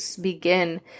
begin